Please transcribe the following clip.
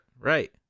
right